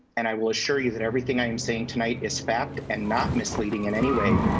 and i will assure you that everything i am saying tonight is fact and not misleading in any way.